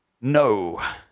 No